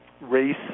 race